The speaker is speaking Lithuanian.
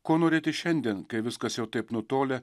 ko norėti šiandien kai viskas jau taip nutolę